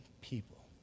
people